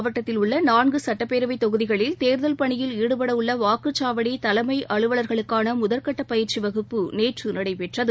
மாவட்டத்தில் உள்ளநான்குசட்டப்பேரவைத் தொகுதிகளில் தேர்தல் பணியில் கரூர் ாடுபடஉள்ளவாக்குச்சாவடிதலைமைஅலுவலர்களுக்கானமுதற்கட்டபயிற்சிவகுப்பு நேற்றுநடைபெற்றது